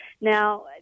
Now